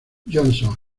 johnson